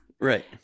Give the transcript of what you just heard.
Right